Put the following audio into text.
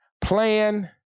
Plan